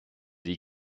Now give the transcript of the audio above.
die